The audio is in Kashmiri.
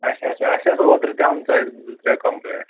اَچھا اَچھا اَسہِ آسہٕ اوترٕ تہِ آمژٕ اَتہِ زٕ ترٛےٚ کَمپُلینٛٹ